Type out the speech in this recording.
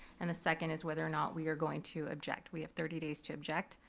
and the second is whether or not we are going to object. we have thirty days to object